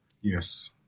Yes